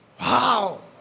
Wow